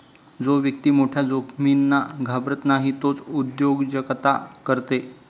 जो व्यक्ती मोठ्या जोखमींना घाबरत नाही तोच उद्योजकता करते